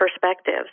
perspectives